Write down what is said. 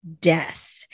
death